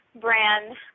brand